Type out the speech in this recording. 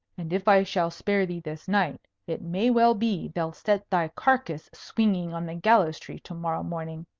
and if i shall spare thee this night, it may well be they'll set thy carcase swinging on the gallows-tree to-morrow morning